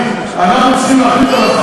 מה שאת אומרת,